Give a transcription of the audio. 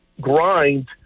grind